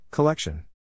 Collection